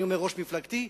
ראש מפלגתי.